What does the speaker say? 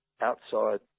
outside